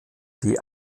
die